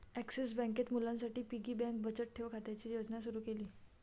axis बँकेत मुलांसाठी piggy bank बचत ठेव खात्याची योजना सुरू केली